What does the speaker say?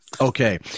Okay